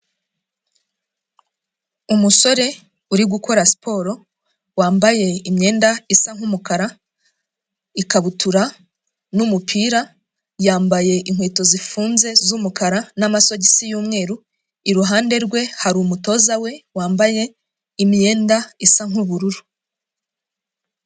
Umusore uri gukora siporo wambaye imyenda isa nk'umukara, ikabutura n'umupira, yambaye inkweto zifunze z'umukara n'amasogisi y'umweru, iruhande rwe hari umutoza we wambaye imyenda isa nk'ubururu.